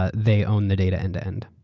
ah they own the data end-to-end.